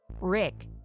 Rick